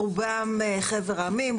רובם מחבר העמים,